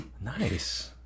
Nice